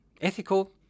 ethical